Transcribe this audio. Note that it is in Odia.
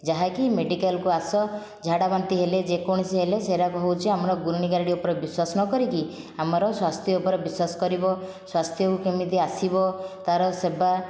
ଯାହାକି ମେଡ଼ିକାଲକୁ ଆସ ଝାଡ଼ା ବାନ୍ତି ହେଲେ ଯେକୌଣସି ହେଲେ ସେରାକ ହେଉଛି ଆମର ଗୁଣି ଗାରେଡ଼ି ଉପରେ ବିଶ୍ଵାସ ନ କରିକି ଆମର ସ୍ୱାସ୍ଥ୍ୟ ଉପରେ ବିଶ୍ଵାସ କରିବ ସ୍ୱାସ୍ଥ୍ୟକୁ କେମିତି ଆସିବ ତା'ର ସେବା